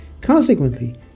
Consequently